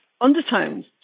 undertones